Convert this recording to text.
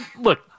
look